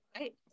right